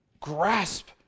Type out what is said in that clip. grasp